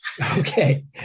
Okay